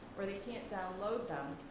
or they can't download them,